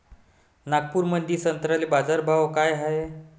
नागपुरामंदी संत्र्याले बाजारभाव काय हाय?